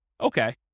Okay